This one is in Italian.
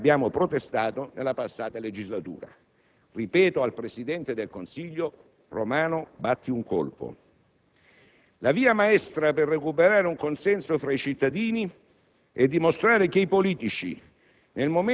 Non mi interessano le ricostruzioni dietrologiche. Il problema che pongo è un altro e su questo chiedo una risposta dal Governo: come è possibile che in un Governo come il nostro vi sia stato qualcuno che ha pensato di introdurre una norma